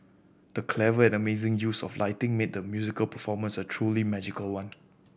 the clever and amazing use of lighting made the musical performance a truly magical one